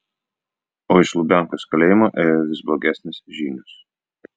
o iš lubiankos kalėjimo ėjo vis blogesnės žinios